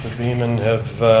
beaman have